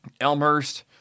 Elmhurst